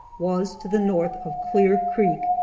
was to the north of clear creek,